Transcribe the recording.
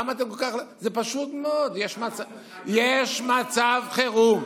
זה פשוט מאוד: יש מצב חירום.